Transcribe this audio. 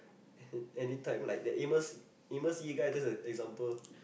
uh anytime like the Amos Amos-Yee guy just a example